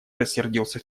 рассердился